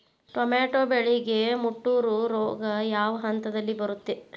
Tomato ಬೆಳೆಗೆ ಮುಟೂರು ರೋಗ ಯಾವ ಹಂತದಲ್ಲಿ ಬರುತ್ತೆ?